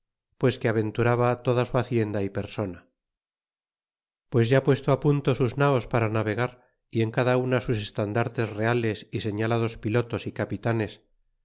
pues que aventuraba toda su hacienda y persona pues ya puesto punto sus naos para navegar y en cada una sus estandartes reales y señalados pilotos y capitanes